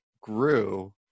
grew